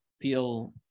feel